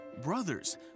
Brothers